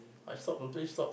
I stop totally stop